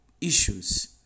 issues